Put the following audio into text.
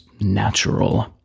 natural